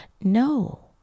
No